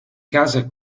casa